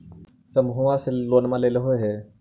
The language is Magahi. समुहवा से लोनवा लेलहो हे?